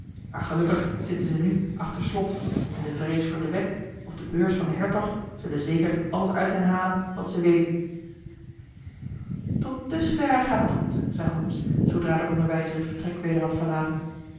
maar gelukkig zitten zij nu achter slot en de vrees voor de wet of de beurs van den hertog zullen zeker alles uit hen halen wat zij weten tot dusverre gaat het goed zei holmes zoodra de onderwijzer het vertrek weder had verlaten